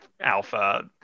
alpha